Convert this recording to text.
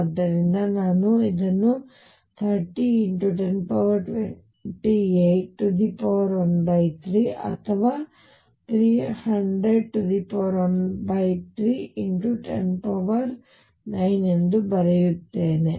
ಆದ್ದರಿಂದ ನಾನು ಇದನ್ನು 30×102813 ಅಥವಾ 30013109 ಎಂದು ಬರೆಯುತ್ತೇನೆ